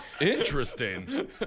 Interesting